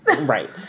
Right